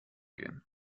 gehen